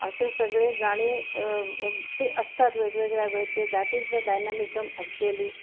असे सगळे गाणे ते असतात वेगवेगळ्या वेळचे that is the dynamism actually